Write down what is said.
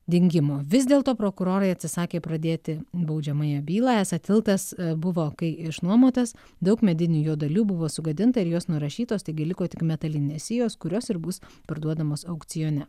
dingimo vis dėlto prokurorai atsisakė pradėti baudžiamąją bylą esą tiltas buvo kai išnuomotas daug medinių jo dalių buvo sugadinta ir jos nurašytos taigi liko tik metalinės sijos kurios ir bus parduodamos aukcione